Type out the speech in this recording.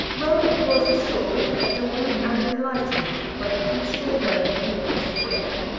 rome was restored, adorned, and enlightened, by the peaceful reign of nicholas the fifth.